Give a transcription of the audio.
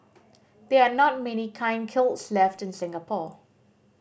there are not many kilns left in Singapore